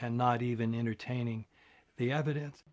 and not even entertaining the evidence